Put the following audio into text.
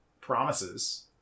promises